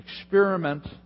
experiment